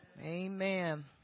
Amen